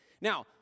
Now